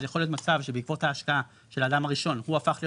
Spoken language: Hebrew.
אז יכול להיות מצב שבעקבות ההשקעה של האדם הראשון הוא הפך להיות